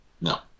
No